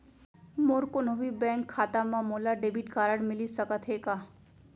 मोर कोनो भी बैंक खाता मा मोला डेबिट कारड मिलिस सकत हे का?